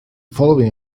following